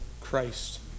Christ